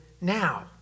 now